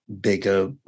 bigger